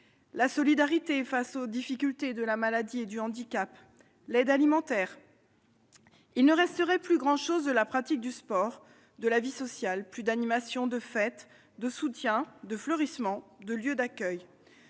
la solidarité face aux difficultés de la maladie et du handicap ? Il ne resterait plus grand-chose de la pratique du sport, de la vie sociale ! Il ne subsisterait guère d'animations, de fêtes, de soutien, de fleurissement, de lieux d'accueil